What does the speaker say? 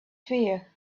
fear